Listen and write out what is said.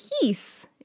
peace